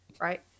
Right